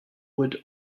wood